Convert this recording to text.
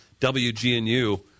WGNU